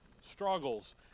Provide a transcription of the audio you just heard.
struggles